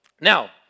now